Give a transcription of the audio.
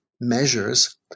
measures